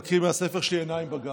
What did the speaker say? אני מקריא מהספר שלי, "עיניים בגב".